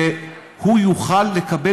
הוא יוכל לקבל